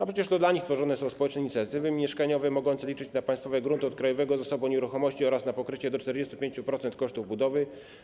A przecież to dla nich tworzone są społeczne inicjatywy mieszkaniowe, dzięki którym można liczyć na państwowe grunty od Krajowego Zasobu Nieruchomości oraz na pokrycie do 45% kosztów budowy.